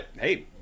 hey